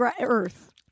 earth